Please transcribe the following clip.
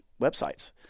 websites